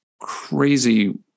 crazy